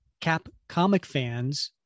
capcomicfans